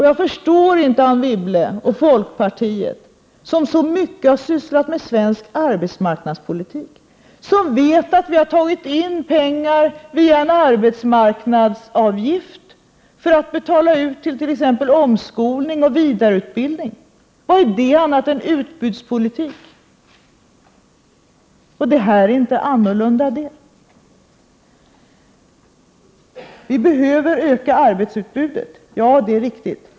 Jag förstår här inte Anne Wibble och folkpartiet, som så mycket har sysslat med svensk arbetsmarknadspolitik och som vet att vi tagit in pengar via arbetsgivaravgifter för att betala ut dem för omskolning och vidareutbildning. Vad är det annat än utbudspolitik? I det här fallet förhåller det sig inte på annat sätt. Vi behöver öka arbetskraftsutbudet, sägs det. Det är riktigt.